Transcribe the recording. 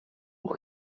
por